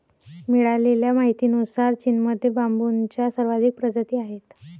मिळालेल्या माहितीनुसार, चीनमध्ये बांबूच्या सर्वाधिक प्रजाती आहेत